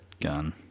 gun